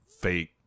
fake